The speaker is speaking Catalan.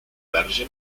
verge